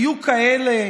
היו כאלה